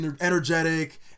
energetic